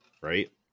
right